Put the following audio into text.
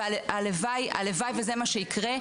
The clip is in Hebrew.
והלוואי שזה מה שיקרה,